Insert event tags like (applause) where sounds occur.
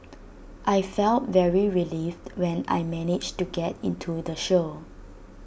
(noise) I felt very relieved when I managed to get into the show